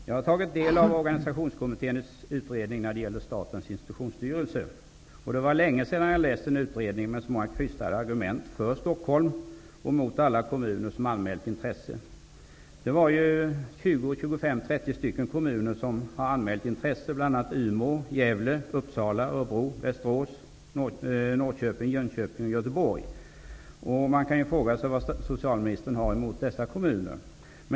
Herr talman! Jag har tagit del av Statens institutionsstyrelse. Det var länge sedan jag läste en utredning med så många krystade argument för Stockholm och mot alla kommuner som har anmält intresse. Det var 20--30 kommuner som anmälde intresse, bl.a. Umeå, Gävle, Jönköping och Göteborg. Man kan fråga sig vad socialministern har emot dessa kommuner.